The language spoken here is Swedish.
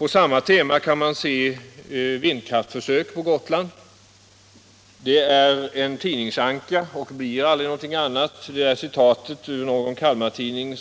Uppgiften om vindkraftförsök på Gotland är en tidningsanka och kan aldrig bli något annat. Det citat herr Nilsson använt är taget ur någon Kalmartidning.